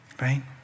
right